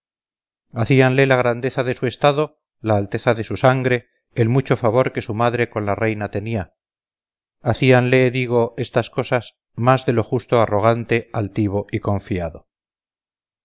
hacíanle la grandeza de su estado la alteza de su sangre el mucho favor que su madre con la reina tenía hacíanle digo estas cosas más de lo justo arrogante altivo y confiado